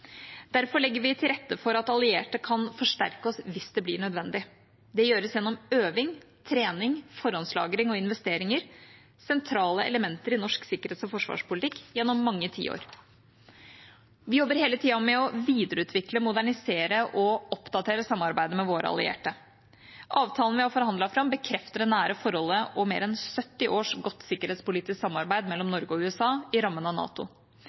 Derfor legger vi til rette for at allierte kan forsterke oss hvis det blir nødvendig. Det gjøres gjennom øving, trening, forhåndslagring og investeringer – sentrale elementer i norsk sikkerhets- og forsvarspolitikk gjennom mange tiår. Vi jobber hele tida med å videreutvikle, modernisere og oppdatere samarbeidet med våre allierte. Avtalen vi har forhandlet fram, bekrefter det nære forholdet og mer enn 70 års godt sikkerhetspolitisk samarbeid mellom Norge og USA i rammen av NATO.